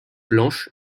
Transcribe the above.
blanche